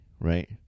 right